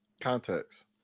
context